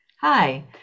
Hi